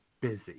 busy